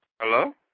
Hello